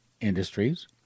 industries